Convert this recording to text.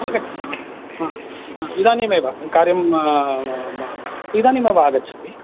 आगच्छामि हा हा इदानीमेव कार्यं इदानीमेव आगच्छामि